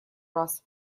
раз